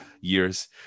years